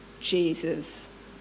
Jesus